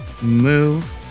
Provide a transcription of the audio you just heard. move